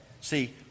See